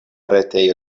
retejo